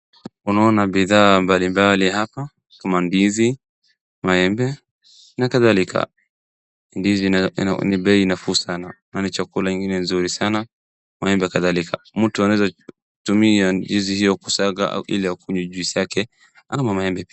Unaona bidhaa mbali mbali hapa kama ndizi, maembe na kadhalika. Ndizi ni bei nafuu sana na ni chakula ingine nzuri sana, maembe kadhalika. Mtu anaweza tumia ndizi hiyo kusaga ili akunywe juisi yake ama maembe.